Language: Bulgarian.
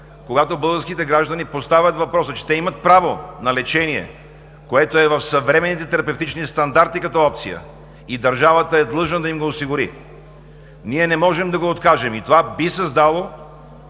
когато българските граждани поставят въпроса, че те имат право на лечение, което е в съвременните терапевтични стандарти като опция и държавата е длъжна да им го осигури, ние не можем да го откажем и това би създало